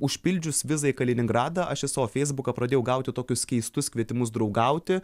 užpildžius vizą į kaliningradą aš į savo feisbuką pradėjau gauti tokius keistus kvietimus draugauti